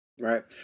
Right